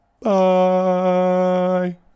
bye